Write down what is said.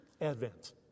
Advent